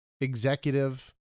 executive